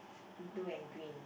blue and green